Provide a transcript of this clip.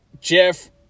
Jeff